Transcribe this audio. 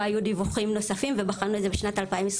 לא היו דיווחים נוספים ובחנו את זה בשנת 2021,